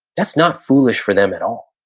that's not foolish for them at all.